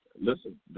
Listen